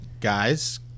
guys